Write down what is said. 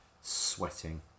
sweating